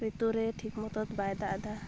ᱨᱤᱛᱩᱨᱮ ᱴᱷᱤᱠ ᱢᱚᱛᱚᱱ ᱵᱟᱭ ᱫᱟᱜ ᱮᱫᱟ